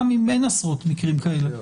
גם אם אין עשרות מקרים כאלה.